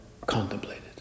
contemplated